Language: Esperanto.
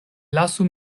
lasu